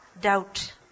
doubt